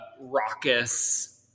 raucous